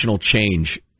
change